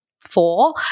four